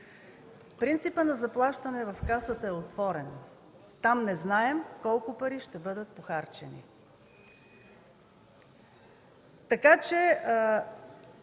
Принципът на заплащане в Касата е отворен. Там не знаем колко пари ще бъдат похарчени. Изключително